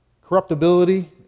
corruptibility